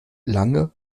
lange